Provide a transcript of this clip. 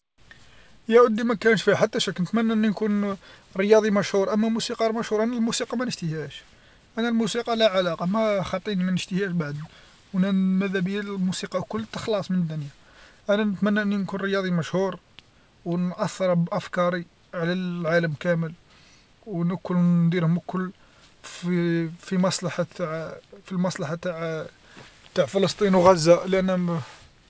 يا ودي ما كاينش فيها حتى شك نتمنى أني نكون رياضي مشهور أما موسيقار مشهور أنا الموسيقى ما نشتيهاش أنا الموسيقى لا علاقه ما خاطيني مانشتيهاش وأن-نا مادا بيا الموسيقى الكل تخلاص من الدنيا أنا نتمنى أني نكون رياضي مشهور و نأثر بأفكاري على العالم كامل و كون نديرهم الكل في مصلحة تاع في المصلحة تاع تاع فلسطين وغزه لأني